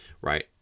right